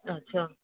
अच्छा